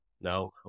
No